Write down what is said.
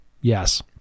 Yes